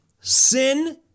Sin